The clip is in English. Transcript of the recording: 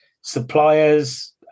suppliers